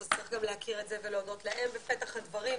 אז צריך גם להכיר את זה ולהודות להם בפתח הדברים,